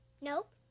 Nope